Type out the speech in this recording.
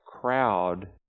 crowd